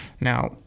Now